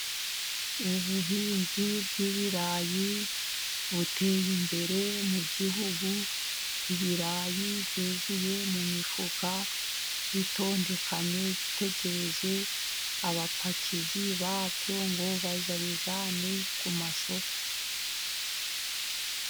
Ubuhinzi bw'ibirayi buteye imbere mu gihugu , ibirayi byuzuye mu mifuka bitondekanye , bitegereje abapakizi babyo ngo babijyane ku masoko.